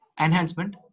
enhancement